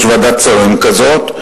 יש ועדת שרים כזאת,